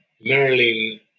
Marilyn